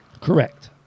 Correct